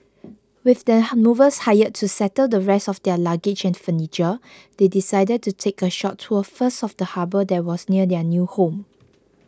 with the movers hired to settle the rest of their luggage and furniture they decided to take a short tour first of the harbour that was near their new home